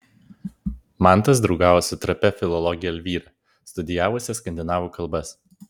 mantas draugavo su trapia filologe elvyra studijavusia skandinavų kalbas